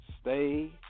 stay